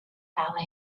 ballet